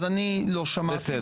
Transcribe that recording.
אז אני לא שמעתי.